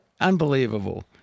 Unbelievable